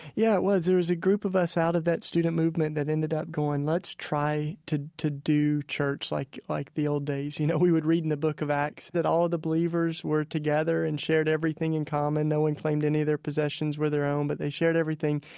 yeah, it was. there was a group of us out of that student movement that ended up going, let's try to to do church like, like the old days you know? we would read in the book of acts that all of the believers were together and shared everything in common. no one claimed any of their possessions were their own, but they shared everything.